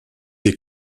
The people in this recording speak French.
des